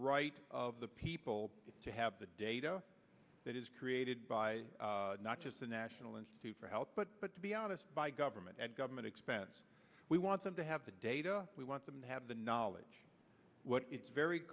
right of the people to have the data that is created by not just the national institute for health but but to be honest by government at government expense we want them to have the data we want them to have the knowledge what it's very